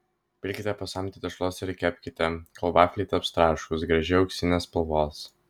pilkite po samtį tešlos ir kepkite kol vafliai taps traškūs gražiai auksinės spalvos